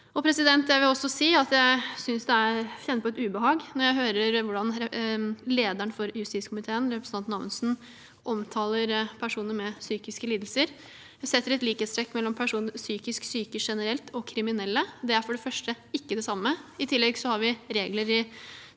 Jeg vil også si at jeg kjenner på et ubehag når jeg hører hvordan lederen for justiskomiteen, representanten Amundsen, omtaler personer med psykiske lidelser. Han setter et likhetstegn mellom psykisk syke generelt og kriminelle. Det er for det første ikke det samme. I tillegg har vi regler i